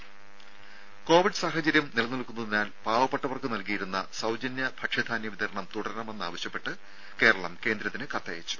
രും കോവിഡ് സാഹചര്യം നിലനിൽക്കുന്നതിനാൽ പാവപ്പെട്ടവർക്ക് നൽകിയിരുന്ന സൌജന്യ ഭക്ഷ്യധാന്യ വിതരണം തുടരണമെന്നാവശ്യപ്പെട്ട് കേരളം കേന്ദ്രത്തിന് കത്തയച്ചു